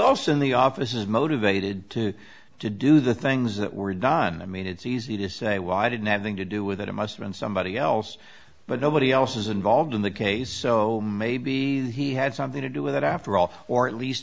else in the office is motivated to to do the things that were done i mean it's easy to say why did nothing to do with it it must mean somebody else but nobody else is involved in the case so maybe he had something to do with it after all or at least